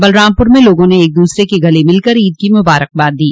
बलरामपुर में लोगों ने एक दूसरे के गले मिलकर ईद की मुबारकबाद दी